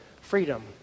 freedom